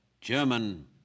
German